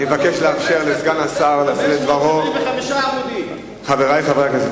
חברי חברי הכנסת,